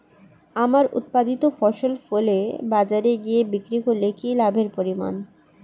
আমার উৎপাদিত ফসল ফলে বাজারে গিয়ে বিক্রি করলে কি লাভের পরিমাণ?